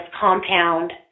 compound